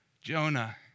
Jonah